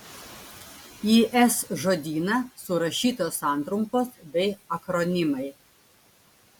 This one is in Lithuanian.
į s žodyną surašytos santrumpos bei akronimai